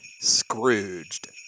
Scrooged